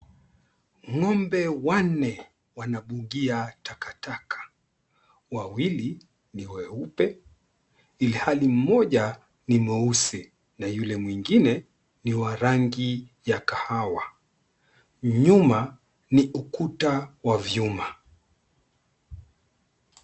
Ng'ombe wanne wanabugia takataka. Wawili ni weupe ilhali mmoja ni mweusi na yule mwingine ni rangi ya kahawa. Nyuma ni ukuta wa vyuma.